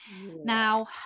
Now